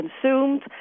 consumed